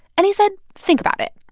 and he said, think about it.